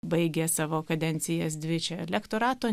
baigė savo kadencijas dvi čia lektorato